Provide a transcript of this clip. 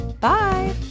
Bye